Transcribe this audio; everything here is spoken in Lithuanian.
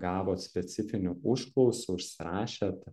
gavot specifinių užklausų užsirašėt